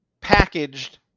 packaged